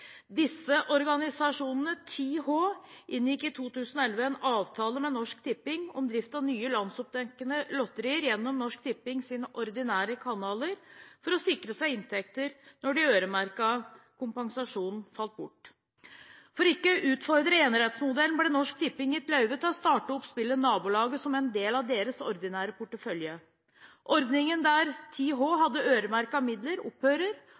Disse organisasjonene, 10H, inngikk i 2011 en avtale med Norsk Tipping om drift av nye landsdekkende lotterier gjennom Norsk Tippings ordinære kanaler for å sikre seg inntekter når den øremerkede kompensasjonen falt bort. For ikke å utfordre enerettsmodellen ble Norsk Tipping gitt løyve til å starte opp spillet Nabolaget som en del av sin ordinære portefølje. Ordningen der 10H hadde øremerkede midler, opphører,